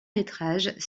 métrages